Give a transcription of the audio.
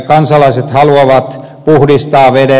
kansalaiset haluavat puhdistaa vedet